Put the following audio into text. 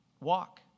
walk